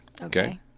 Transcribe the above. Okay